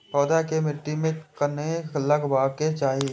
पौधा के मिट्टी में कखेन लगबाके चाहि?